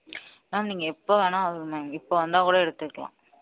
ma'am நீங்கள் எப்போ வேணுனா வாங்க மேம் நீங்கள் இப்போ வந்தாக்கூட எடுத்துக்கலாம்